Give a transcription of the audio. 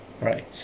Right